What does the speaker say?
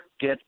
get